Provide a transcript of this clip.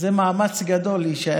אז זה מאמץ גדול, להישאר.